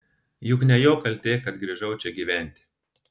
juk ne jo kaltė kad grįžau čia gyventi